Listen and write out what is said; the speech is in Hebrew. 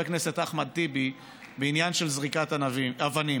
הכנסת אחמד טיבי בעניין של זריקת האבנים.